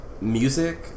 music